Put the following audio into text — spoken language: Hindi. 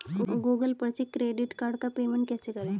गूगल पर से क्रेडिट कार्ड का पेमेंट कैसे करें?